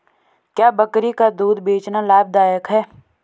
क्या बकरी का दूध बेचना लाभदायक है?